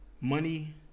Money